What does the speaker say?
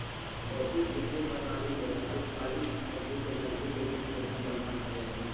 वैश्विक वित्तीय प्रणाली ले अल्पकालिक अवधि के नकदी के वित्त पोषण प्रदान करो हइ